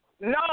No